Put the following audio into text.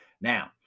Now